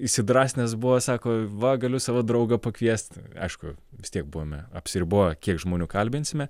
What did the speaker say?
įsidrąsinęs buvo sako va galiu savo draugą pakviest aišku vis tiek buvome apsiriboję kiek žmonių kalbinsime